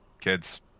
kids